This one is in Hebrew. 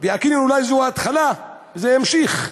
והקניון אולי זו התחלה, וזה ימשיך.